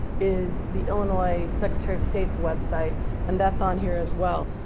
is the illinois secretary of state's website and that's on here as well